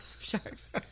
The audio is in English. sharks